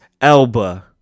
Elba